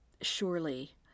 surely